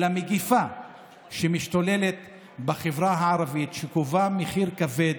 אלא מגפה שמשתוללת בחברה הערבית וגובה מחיר כבד: